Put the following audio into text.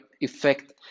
effect